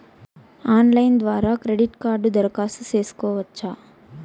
Online ద్వారా credit కార్డుకు దరఖాస్తు సేసుకోవచ్చా?